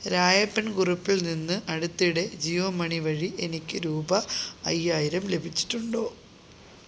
രായരപ്പൻ കുറുപ്പിൽ നിന്ന് അടുത്തിടെ ജിയോ മണി വഴി എനിക്ക് രൂപ അയ്യായിരം ലഭിച്ചിട്ടുണ്ടോ